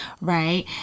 Right